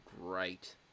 great